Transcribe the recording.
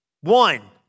One